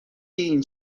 این